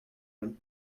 one